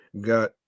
got